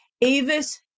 avis